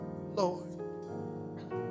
Lord